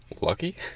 Lucky